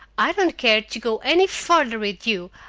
i don't care to go any farther with you.